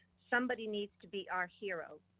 somebody needs to be our hero,